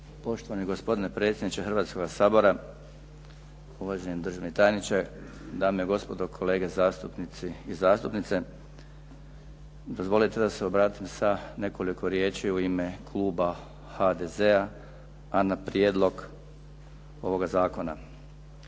Poštovani gospodine predsjedniče Hrvatskoga sabora, uvaženi državni tajniče, dame i gospodo, kolege zastupnici i zastupnice. Dozvolite mi da se obratim sa nekoliko riječi u ime kluba HDZ-a a na prijedlog ovoga zakona.